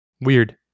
weird